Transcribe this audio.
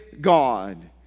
God